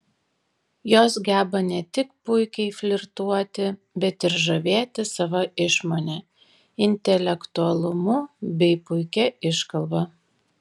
jos geba ne tik puikiai flirtuoti bet ir žavėti sava išmone intelektualumu bei puikia iškalba